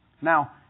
Now